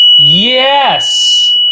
Yes